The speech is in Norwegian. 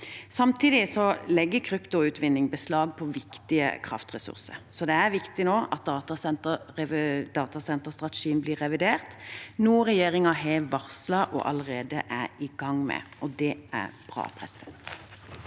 Samtidig legger kryptoutvinning beslag på viktige kraftressurser, så det er viktig at datasenterstrategien blir revidert, noe regjeringen har varslet og allerede er i gang med, og det er bra. Marianne